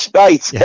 right